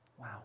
Wow